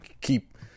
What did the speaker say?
keep